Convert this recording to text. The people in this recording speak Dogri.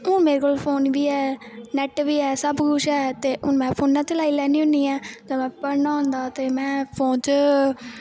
हून मेरे कोल फोन बी ऐ नैट्ट बी ऐ सब कुश ऐ ते हुन में फोनै च लाई लैन्नी होनी ऐं जिसलै पढ़ना होंदा ते में फोनै च